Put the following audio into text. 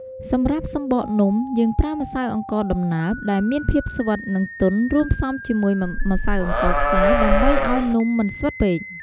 សម្រាប់ សំបកនំ យើងប្រើម្សៅអង្ករដំណើប ដែលមានភាពស្វិត និងទន់ រួមផ្សំជាមួយ ម្សៅអង្ករខ្សាយ ដើម្បីឲ្យនំមិនស្វិតពេក។